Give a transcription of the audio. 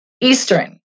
Eastern